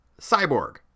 Cyborg